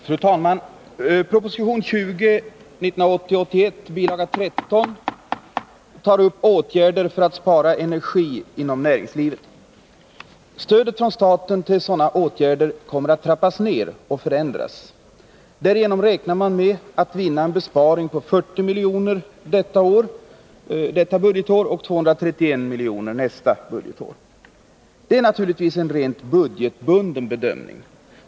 Fru talman! Proposition 1980/81:20 bil. 13 tar upp åtgärder för att spara energi inom näringslivet. Stödet från staten till sådana åtgärder kommer att trappas ned och förändras. Därigenom räknar man med en besparing på 40 miljoner detta budgetår och 231 miljoner nästa budgetår. Detta är naturligtvis en rent budgetbunden bedömning.